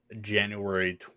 january